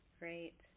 great